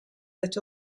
that